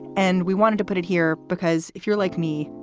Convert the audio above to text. and we wanted to put it here, because if you're like me,